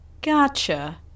Gotcha